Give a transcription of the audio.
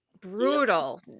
brutal